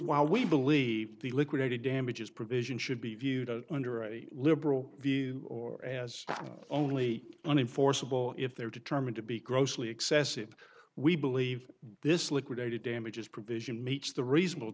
while we believe the liquidated damages provision should be viewed under a liberal view or as only unenforceable if they're determined to be grossly excessive we believe this liquidated damages provision meets the reasonable